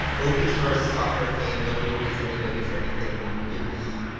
open source software came, nobody pays anybody for anything, yippee.